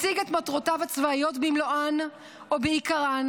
השיג את מטרותיו הצבאיות במלואן או בעיקרן,